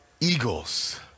eagles